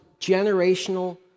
generational